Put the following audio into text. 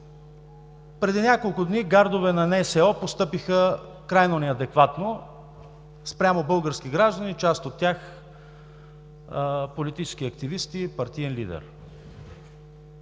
Преди няколко дни гардове на НСО постъпиха крайно неадекватно спрямо български граждани, част от тях политически активисти, партиен лидер.